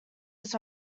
its